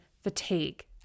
fatigue